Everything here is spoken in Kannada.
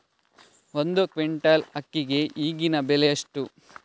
ಒಂದು ಕ್ವಿಂಟಾಲ್ ಅಕ್ಕಿಗೆ ಈಗಿನ ಬೆಲೆ ಎಷ್ಟು?